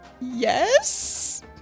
Yes